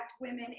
women